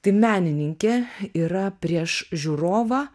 tai menininkė yra prieš žiūrovą